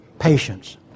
Patience